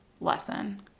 lesson